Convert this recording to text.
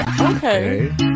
Okay